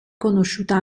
conosciuta